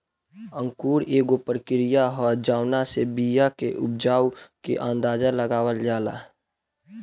अंकुरण एगो प्रक्रिया ह जावना से बिया के उपज के अंदाज़ा लगावल जाला